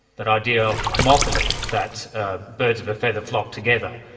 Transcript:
that idea of homophily, that ah birds of a feather flock together,